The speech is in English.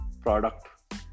product